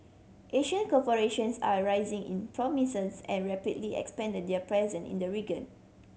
Asian corporations are a rising in prominence and rapidly expanding their presence in the region